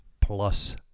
Plus